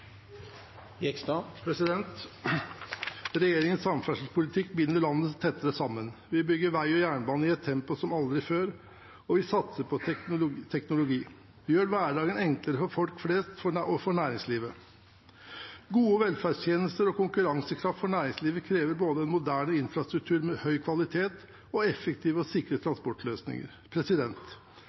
Regjeringens samferdselspolitikk binder landet tettere sammen. Vi bygger vei og jernbane i et tempo som aldri før, og vi satser på teknologi. Vi gjør hverdagen enklere for folk flest og for næringslivet. Gode velferdstjenester og konkurransekraft for næringslivet krever både en moderne infrastruktur med høy kvalitet og effektive og sikre transportløsninger.